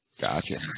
Gotcha